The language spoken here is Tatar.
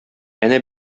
әнә